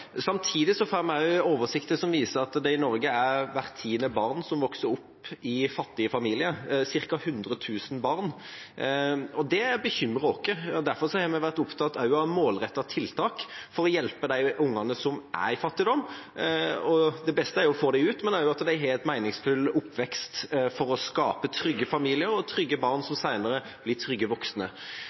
får en arbeidsplass. Samtidig får vi oversikter som viser at i Norge vokser hvert tiende barn opp i en fattig familie, ca. 100 000 barn, og det bekymrer oss. Derfor har vi vært opptatt av målrettede tiltak for å hjelpe de ungene som er i fattigdom. Det beste er jo å få dem ut av det, men også at de har en meningsfull oppvekst, for å skape trygge familier og trygge barn som senere blir trygge voksne.